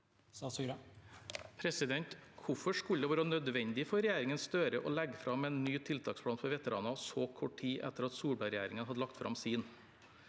Hvorfor skulle det være nødvendig for regjeringen Støre å legge fram en ny tiltaksplan for veteraner så kort tid etter at Solberg-regjeringen hadde lagt fram sin?